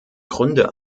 gründe